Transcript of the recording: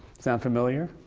sound familiar?